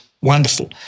wonderful